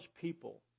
people